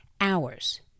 hours